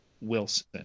wilson